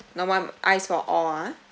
normal ice for all ah